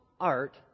art